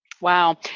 Wow